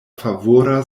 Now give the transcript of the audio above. favora